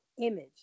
image